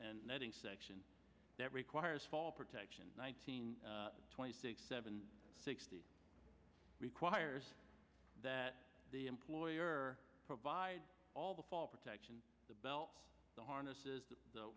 and netting section that requires fall protection nineteen twenty six seven sixty requires that the employer provide all the fault protection the bell harnesses